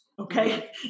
Okay